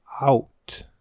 out